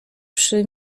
przy